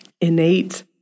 innate